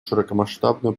широкомасштабную